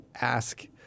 ask